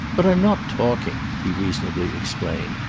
but i'm not talking, he reasonably explained,